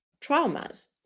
traumas